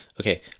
Okay